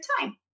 time